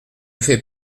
fait